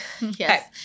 Yes